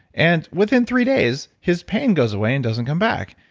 and within three days, his pain goes away and doesn't come back.